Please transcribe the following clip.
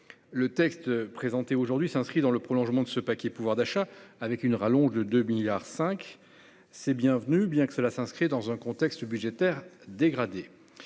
Le texte présenté aujourd'hui s'inscrit dans le prolongement de ce paquet pouvoir d'achat, avec une rallonge de 2,5 milliards d'euros. C'est bienvenu, bien que cela s'inscrive dans un contexte budgétaire toujours